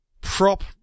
prop